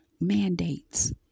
mandates